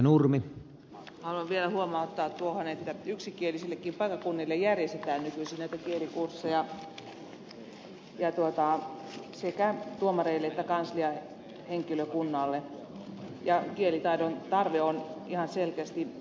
haluan vielä huomauttaa tuohon että yksikielisillekin paikkakunnille järjestetään nykyisin näitä kielikursseja sekä tuomareille että kanslian henkilökunnalle ja kielitaidon tarve on ihan selkeästi ilmeinen